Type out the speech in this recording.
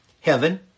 heaven